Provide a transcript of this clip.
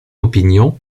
opinion